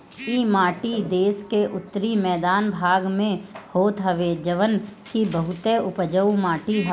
इ माटी देस के उत्तरी मैदानी भाग में होत हवे जवन की बहुते उपजाऊ माटी हवे